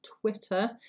Twitter